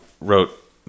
wrote